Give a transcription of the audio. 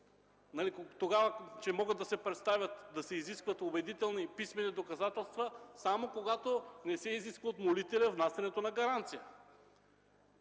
че могат да се представят, да се изискват убедителни писмени доказателства, само когато не се изисква от молителя внасянето на гаранция.